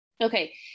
Okay